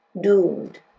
doomed